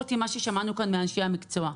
חוץ ממה ששמענו כאן מאנשי המקצוע.